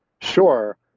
Sure